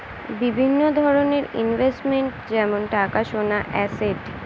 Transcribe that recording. বিভিন্ন ধরনের ইনভেস্টমেন্ট যেমন টাকা, সোনা, অ্যাসেট